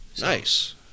nice